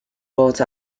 brought